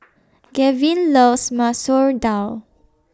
Gavyn loves Masoor Dal